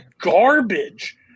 garbage